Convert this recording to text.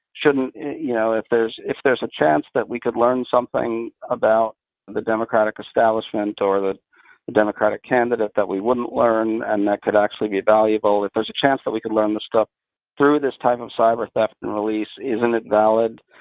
you know if there's if there's a chance that we could learn something about the democratic establishment or the democratic candidate that we wouldn't learn and that could actually be valuable, if there's a chance that we could learn this stuff through this type of cyber theft and release, isn't it valid?